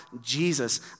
Jesus